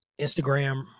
instagram